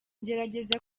ngerageza